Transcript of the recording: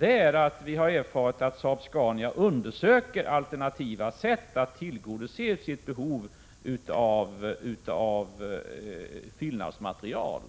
är att vi har erfarit att Saab-Scania undersöker alternativa sätt att tillgodose sitt behov av fyllnadsmaterial.